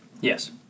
Yes